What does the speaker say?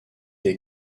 est